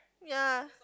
ya